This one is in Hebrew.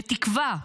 לתקווה.